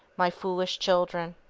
my foolish children.